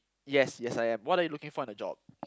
yes yes I am what are you looking for in a job